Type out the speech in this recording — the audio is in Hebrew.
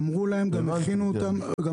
אמרו להם, וגם הכינו אותם.